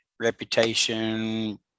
reputation